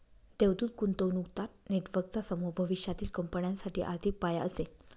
देवदूत गुंतवणूकदार नेटवर्कचा समूह भविष्यातील कंपन्यांसाठी आर्थिक पाया असेल